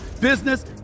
business